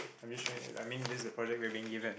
I'm just trying I mean this's the project we have been given